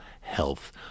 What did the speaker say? health